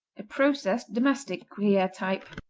a processed domestic, gruyere type.